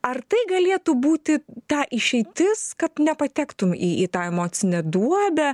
ar tai galėtų būti ta išeitis kad nepatektum į į tą emocinę duobę